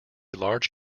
large